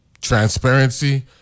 transparency